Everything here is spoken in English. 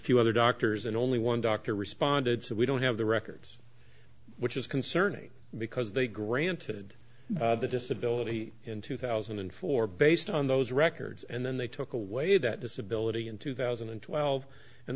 few other doctors and only one doctor responded so we don't have the records which is concerning because they granted the disability in two thousand and four based on those records and then they took away that disability in two thousand and twelve and